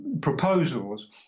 proposals